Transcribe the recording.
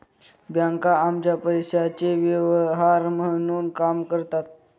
बँका आमच्या पैशाचे व्यवहार म्हणून काम करतात